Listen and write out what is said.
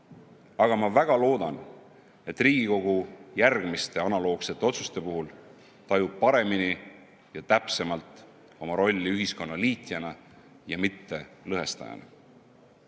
aga ma väga loodan, et Riigikogu tajub järgmiste analoogsete otsuste puhul paremini ja täpsemalt oma rolli ühiskonna liitjana ja mitte lõhestajana.